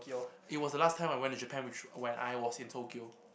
it was the last time I went to Japan which when I was in Tokyo